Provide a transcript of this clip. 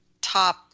top